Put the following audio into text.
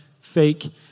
fake